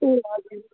ए हजुर